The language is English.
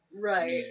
right